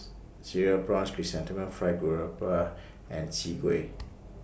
Cereal Prawns Chrysanthemum Fried Garoupa and Chwee Kueh